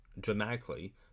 dramatically